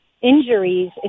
injuries